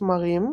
תמרים,